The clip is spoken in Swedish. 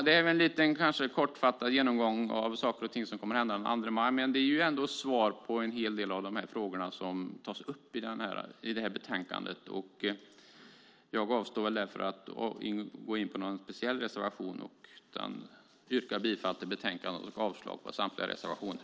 Det var en kortfattad genomgång av saker och ting som kommer att hända den 2 maj, men det ger ändå svar på en hel del av de frågor som tas upp i det här betänkandet. Jag avstår därför från att gå in på någon speciell reservation utan yrkar bifall till förslaget i betänkandet och avslag på samtliga reservationer.